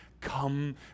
Come